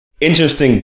interesting